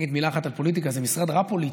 נגיד מילה אחת על פוליטיקה: זה משרד רע, פוליטית,